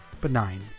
benign